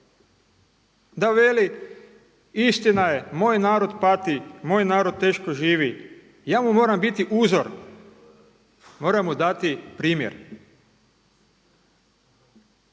Da veli, istina je, moj narod pati, moj narod teško živi, ja mu moram biti uzor, moram mu dati primjer.